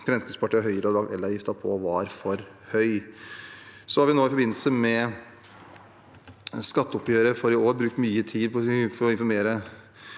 og Høyre hadde lagt elavgiften på, var for høyt. Så har vi nå i forbindelse med skatteoppgjøret for i år brukt mye tid på å informere